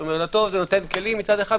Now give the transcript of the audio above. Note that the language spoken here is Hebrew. לטוב, זה נותן כלים, מצד אחד.